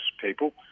people